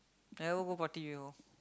I never go party before